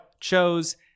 chose